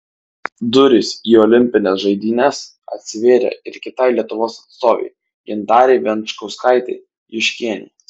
durys į olimpines žaidynes atsivėrė ir kitai lietuvos atstovei gintarei venčkauskaitei juškienei